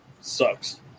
Sucks